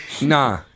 Nah